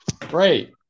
Great